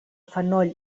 fenoll